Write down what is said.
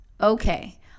okay